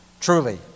Truly